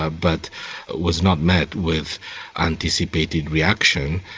ah but was not met with anticipated reaction.